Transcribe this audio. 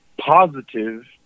positive